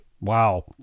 Wow